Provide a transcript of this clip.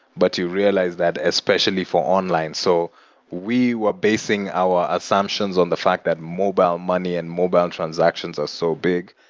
but you realize that especially for online. so we were basing our assumptions on the fact that mobile money and mobile transactions are so big.